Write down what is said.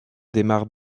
démarre